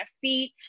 feet